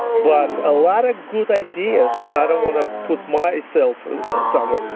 but a lot of good ideas, and i don't want to put myself somewhere,